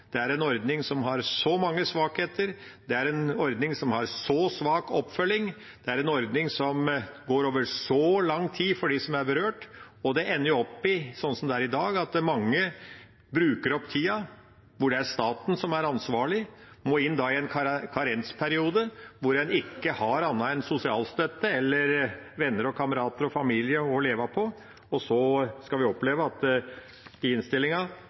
det er en ordning som har så mange svakheter, det er en ordning som har så svak oppfølging, og det er en ordning som går over så lang tid for dem som er berørt. Slik det er i dag, ender det med at mange bruker opp tida hvor det er staten som er ansvarlig, og da må de inn i en karensperiode hvor en ikke har annet enn sosialstøtte eller venner, kamerater og familie å leve på. Og så skal vi altså oppleve at i innstillinga